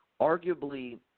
arguably